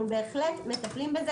אנחנו בהחלט מטפלים בזה.